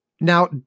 now